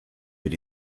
but